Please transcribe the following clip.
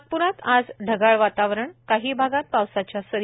नागपूरात आज ढगाळ वातावरण काही भागात पावसाच्या सरी